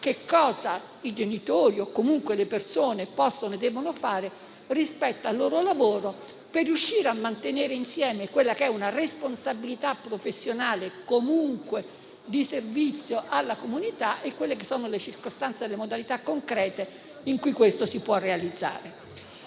cosa i genitori o comunque le persone possono e devono fare rispetto al loro lavoro, per riuscire a mantenere insieme la loro responsabilità professionale e di servizio alla comunità e le circostanze e le modalità concrete in cui questo si può realizzare.